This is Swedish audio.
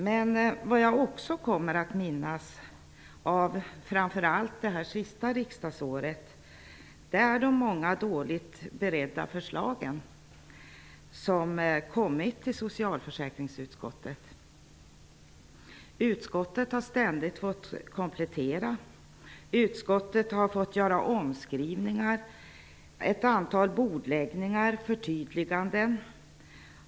Men vad jag också kommer att minnas av framför allt det senaste riksdagsåret är de många dåligt beredda förslag som har kommit till socialförsäkringsutskottet. Utskottet har ständigt fått komplettera. Utskottet har fått göra omskrivningar, förtydliganden och bordläggningar.